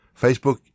Facebook